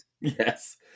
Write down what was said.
Yes